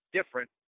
Different